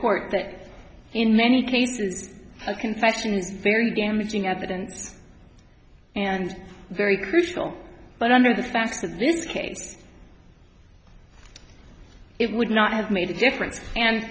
court that in many cases a confession is very damaging evidence and very crucial but under the facts of this case it would not have made a difference and